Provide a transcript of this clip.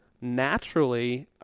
naturally